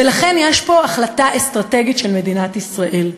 ולכן יש פה החלטה אסטרטגית של מדינת ישראל.